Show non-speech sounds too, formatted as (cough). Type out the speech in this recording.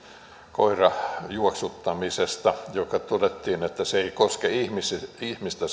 koirajuoksuttamisesta josta todettiin että se juoksuttaminen ei koske ihmistä ihmistä (unintelligible)